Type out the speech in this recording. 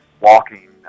walking